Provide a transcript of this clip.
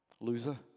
Loser